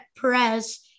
Perez